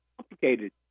complicated